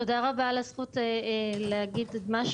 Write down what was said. תודה רבה על הזכות לומר את הדברים.